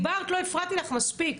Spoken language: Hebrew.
את דיברת, לא הפרעתי לך, מספיק.